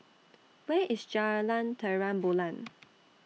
Where IS Jalan Terang Bulan